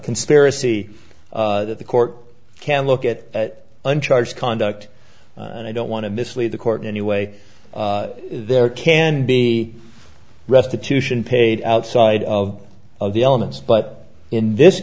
conspiracy that the court can look at and charge conduct and i don't want to mislead the court anyway there can be restitution paid outside of of the elements but in this